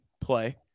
play